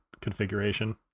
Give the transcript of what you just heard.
configuration